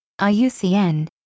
IUCN